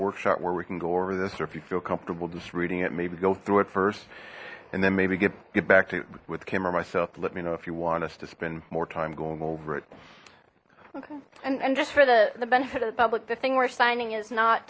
workshop where we can go over this or if you feel comfortable just reading it maybe go through it first and then maybe get get back to with camera myself to let me know if you want us to spend more time going over it and just for the the benefit of the public the thing we're signing is not